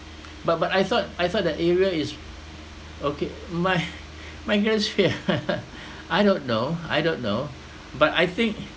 but but I thought I thought that area is okay my my greatest fear I don't know I don't know but I think